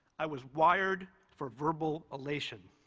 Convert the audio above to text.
i was wired for verbal elation,